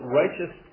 righteous